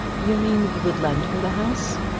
you mean you would lend her the house?